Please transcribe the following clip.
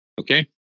Okay